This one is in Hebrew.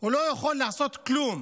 הוא לא יכול לעשות כלום.